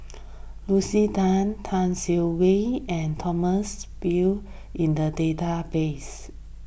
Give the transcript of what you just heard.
Lucy Tan Tan Siah Kwee and Thomas View in the database